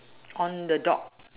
on the dog